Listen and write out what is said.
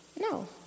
No